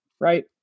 right